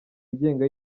yigenga